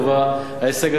ההישג הזה כולו של עופר,